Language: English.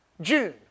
June